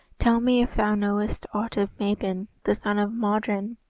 tell me if thou knowest aught of mabon, the son of modron,